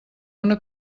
una